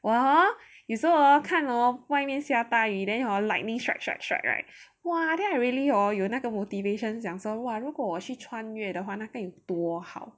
我哦有时候看外面下大雨 then hor lightning strike strike strike right !wah! then I really hor 有那个 motivation 想说哇如果我去穿越的话那该有多好